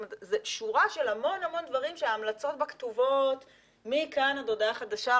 זה שורה של המון דברים שההמלצות בהן כתובות מכאן עד הודעה חדשה.